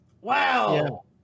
wow